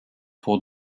pour